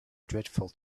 dreadful